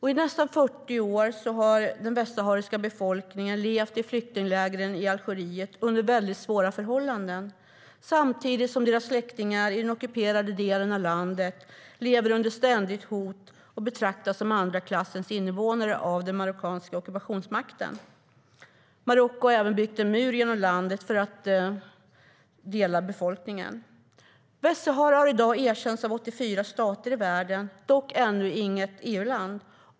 I nästan 40 år har den västsahariska befolkningen levt i flyktingläger i Algeriet under väldigt svåra förhållanden samtidigt som deras släktingar i den ockuperade delen av landet lever under ständigt hot och betraktas som andra klassens invånare av den marockanska ockupationsmakten. Marocko har även byggt en mur genom landet för att dela befolkningen. Västsahara har i dag erkänts av 84 stater i världen, dock ännu inte av något EU-land.